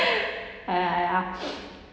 ya ya ya